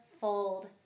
fold